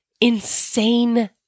insane